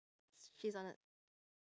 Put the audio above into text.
she's on the